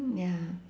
mm ya